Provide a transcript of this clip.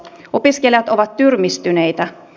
opiskelijat ovat tyrmistyneitä